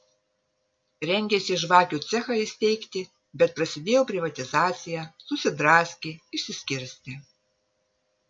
rengėsi žvakių cechą įsteigti bet prasidėjo privatizacija susidraskė išsiskirstė